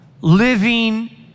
Living